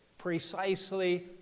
precisely